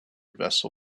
vessel